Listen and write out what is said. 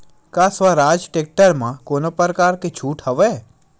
का स्वराज टेक्टर म कोनो प्रकार के छूट हवय?